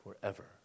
forever